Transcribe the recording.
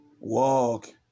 walk